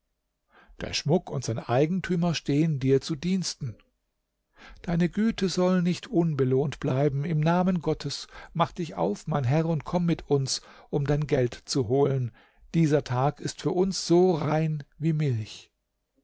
der schmuck und sein eigentümer stehen dir zu diensten deine güte soll nicht unbelohnt bleiben im namen gottes mach dich auf mein herr und komm mit uns um dein geld zu holen dieser tag ist für uns so rein wie milch